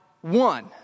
one